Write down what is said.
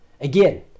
Again